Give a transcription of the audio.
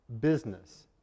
business